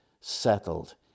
settled